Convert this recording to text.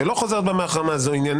שהיא לא חוזרת בה מהחרמה זה עניינה.